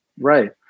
Right